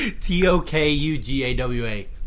T-O-K-U-G-A-W-A